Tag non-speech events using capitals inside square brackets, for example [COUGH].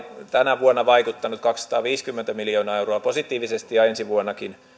[UNINTELLIGIBLE] tänä vuonna vaikuttaneet kaksisataaviisikymmentä miljoonaa euroa positiivisesti ja ensi vuonnakin vaikuttavat